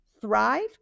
thrive